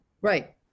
Right